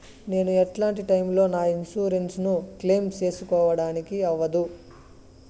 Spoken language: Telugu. నేను ఎట్లాంటి టైములో నా ఇన్సూరెన్సు ను క్లెయిమ్ సేసుకోవడానికి అవ్వదు?